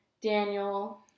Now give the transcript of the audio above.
Daniel